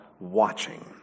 watching